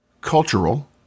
cultural